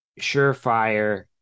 surefire